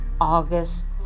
August